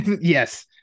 Yes